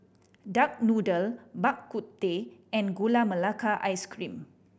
duck noodle Bak Kut Teh and Gula Melaka Ice Cream